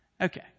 Okay